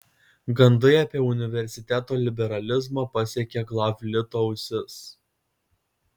gandai apie universiteto liberalizmą pasiekė glavlito ausis